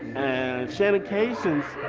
and shannon cason's,